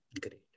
Great